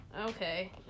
Okay